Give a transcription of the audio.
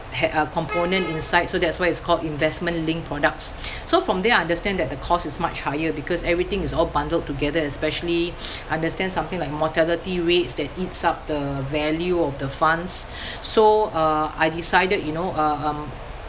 had a component inside so that's why it's called investment-linked products so from there I understand that the cost is much higher because everything is all bundled together especially understand something like mortality rates that eats up the value of the funds so uh I decided you know uh um